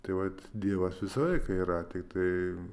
tai vat dievas visą laiką yra tiktai